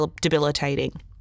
debilitating